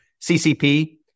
CCP